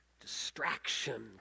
distraction